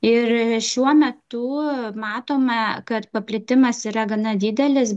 ir šiuo metu matome kad paplitimas yra gana didelis